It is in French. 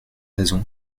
raisons